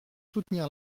soutenir